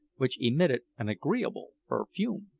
which emitted an agreeable perfume.